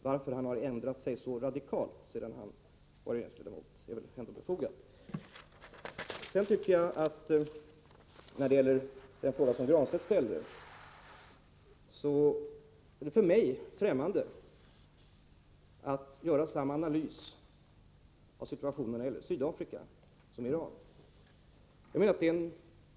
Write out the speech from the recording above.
Varför har han ändrat sig så radikalt sedan han var regeringsledamot? Beträffande den fråga Pär Granstedt ställde är det för mig främmande att göra samma analys av situationen i Sydafrika som av situationen i Iran.